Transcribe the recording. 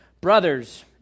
Brothers